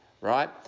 Right